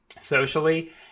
socially